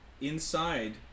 Inside